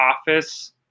Office